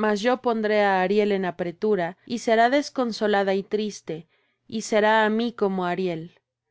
mas yo pondré á ariel en apretura y será desconsolada y triste y será á mí como ariel